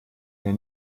hier